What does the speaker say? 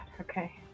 okay